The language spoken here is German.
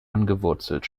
angewurzelt